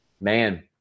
Man